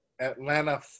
Atlanta